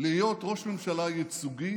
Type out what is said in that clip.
להיות ראש ממשלה ייצוגי